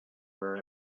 where